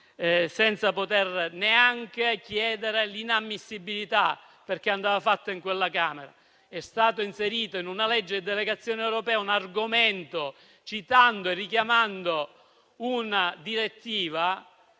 senza poter neanche chiedere l'inammissibilità, perché andava fatto in quella Camera. È stato inserito in una legge di delegazione europea un argomento citando e richiamando una direttiva